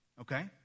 Okay